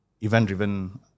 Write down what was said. event-driven